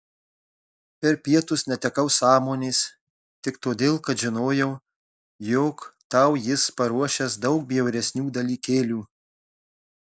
per pietus netekau sąmonės tik todėl kad žinojau jog tau jis paruošęs daug bjauresnių dalykėlių